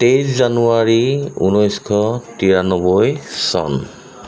তেইছ জানুৱাৰী ঊনৈছশ তিৰান্নবৈ চন